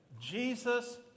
Jesus